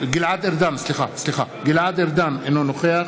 גלעד ארדן, אינו נוכח